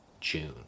June